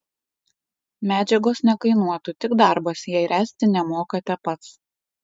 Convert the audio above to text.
medžiagos nekainuotų tik darbas jei ręsti nemokate pats